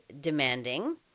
demanding